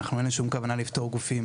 אין לנו שום כוונה לפטור את הגופים